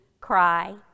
cry